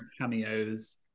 cameos